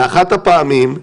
באחת הפעמים,